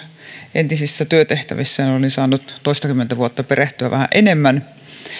entisissä työtehtävissäni sain toistakymmentä vuotta perehtyä vähän enemmän